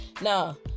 now